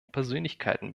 persönlichkeiten